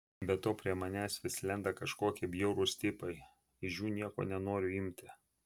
be to prie manęs vis lenda kažkokie bjaurūs tipai iš jų nieko nenoriu imti